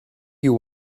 you